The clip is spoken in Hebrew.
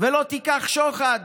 ולא תיקח שוחד